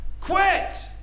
Quit